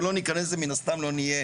אבל לא ניכנס לזה, מן הסתם לא נסכים.